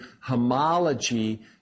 homology